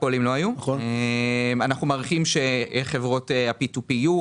אנחנו מעריכים שחברות ה-P2P יהיו,